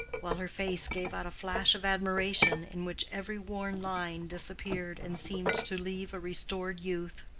while her face gave out a flash of admiration in which every worn line disappeared and seemed to leave a restored youth.